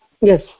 Yes